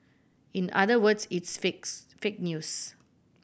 in other words it's fakes fake news